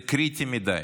זה קריטי מדי.